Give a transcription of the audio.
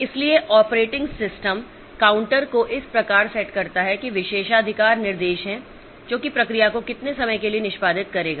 इसलिए operating system counter को इस प्रकार सेट करता है कि विशेषाधिकार निर्देश है जो है कि प्रक्रिया को कितने समय के लिए निष्पादित करेगा